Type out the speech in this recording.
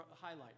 highlight